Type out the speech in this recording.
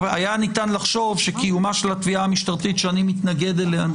היה ניתן לחשוב שקיומה של התביעה המשטרית שאני מתנגד אליה,